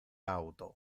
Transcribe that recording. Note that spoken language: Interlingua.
auto